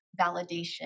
validation